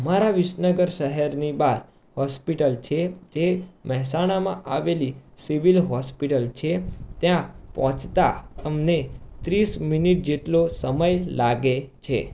અમારા વિસનગર શહેરની બહાર હોસ્પિટલ છે તે મહેસાણામાં આવેલી સિવિલ હોસ્પિટલ છે ત્યાં પહોંચતાં તમને ત્રીસ મિનિટ જેટલો સમય લાગે છે